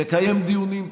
תקיים דיונים,